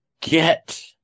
get